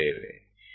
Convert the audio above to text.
આ તે લીટી છે